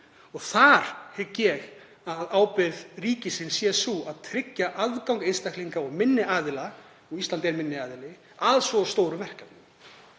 Þar held ég að ábyrgð ríkisins sé sú að tryggja aðgang einstaklinga og minni aðila, og Íslandi er minni aðili, að svo stóru verkefni.